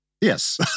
Yes